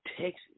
Texas